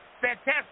fantastic